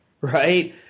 right